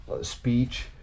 Speech